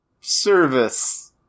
service